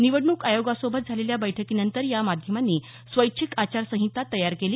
निवडणूक आयोगासोबत झालेल्या बैठकीनंतर या माध्यमांनी स्वैच्छिक आचारसंहिता तयार केली